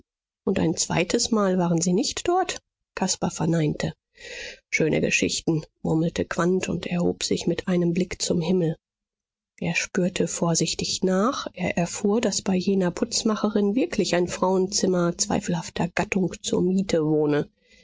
und ein zweites mal waren sie nicht dort caspar verneinte schöne geschichten murmelte quandt und erhob sich mit einem blick zum himmel er spürte vorsichtig nach er erfuhr daß bei jener putzmacherin wirklich ein frauenzimmer zweifelhafter gattung zur miete wohne